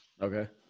Okay